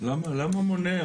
למה מונע?